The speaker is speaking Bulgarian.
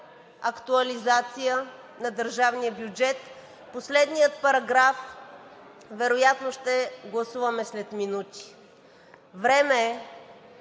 актуализация на държавния бюджет. Последният параграф вероятно ще гласуваме след минути. Време е